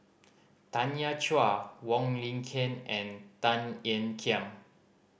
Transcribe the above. Tanya Chua Wong Lin Ken and Tan Ean Kiam